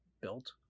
built